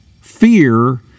fear